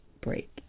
break